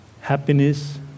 Happiness